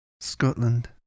Scotland